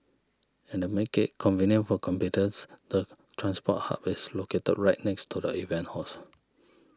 and to make it convenient for the transport hub is located right next to the event halls